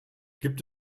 gibt